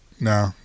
No